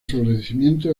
florecimiento